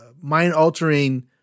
mind-altering